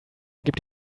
gibt